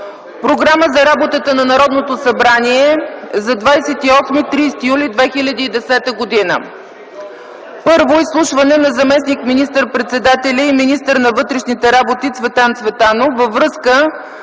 Програма за работата на Народното събрание за 28-30 юли 2010 г. 1. Изслушване на заместник министър-председателя и министър на вътрешните работи Цветан Цветанов във връзка